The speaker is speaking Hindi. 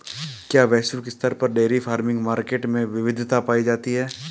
क्या वैश्विक स्तर पर डेयरी फार्मिंग मार्केट में विविधता पाई जाती है?